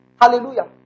Hallelujah